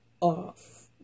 off